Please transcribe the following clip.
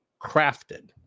crafted